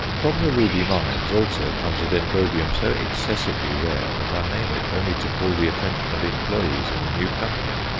from the ruby mines also comes a dendrobium so excessively rare that i name it only to call the attention of employes in the new company.